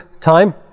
time